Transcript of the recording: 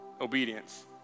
obedience